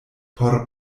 por